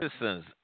citizens